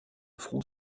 front